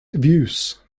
views